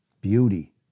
Beauty